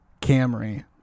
Camry